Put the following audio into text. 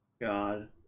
god